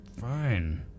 Fine